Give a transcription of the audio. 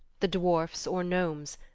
the dwarfs or gnomes,